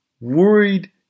worried